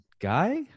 guy